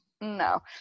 No